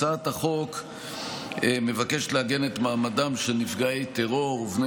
הצעת החוק מבקשת לעגן את מעמדם של נפגעי טרור ובני